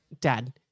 Dad